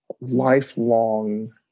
lifelong